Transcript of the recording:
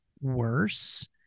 worse